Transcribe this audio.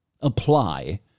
apply